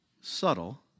Subtle